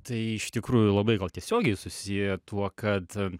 tai iš tikrųjų labai gal tiesiogiai susiję tuo kad